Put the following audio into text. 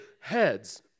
heads